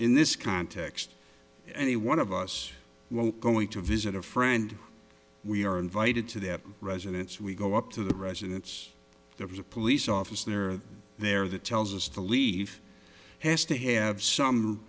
in this context any one of us won't going to visit a friend we are invited to that residence we go up to the residence there was a police officer there that tells us to leave has to have some